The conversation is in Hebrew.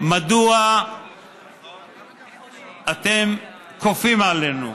מדוע אתם כופים עלינו?